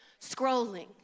scrolling